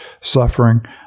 suffering